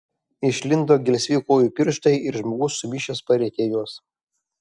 išlindo gelsvi kojų pirštai ir žmogus sumišęs parietė juos